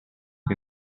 più